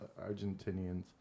Argentinians